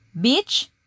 beach